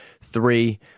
Three